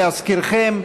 להזכירכם,